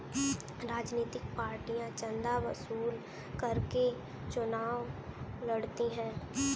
राजनीतिक पार्टियां चंदा वसूल करके चुनाव लड़ती हैं